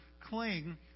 cling